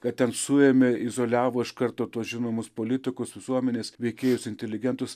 kad ten suėmė izoliavo iš karto tuos žinomus politikus visuomenės veikėjus inteligentus